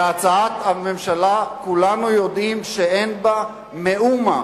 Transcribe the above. והצעת הממשלה, כולנו יודעים שאין בה מאומה,